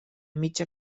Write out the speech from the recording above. mitja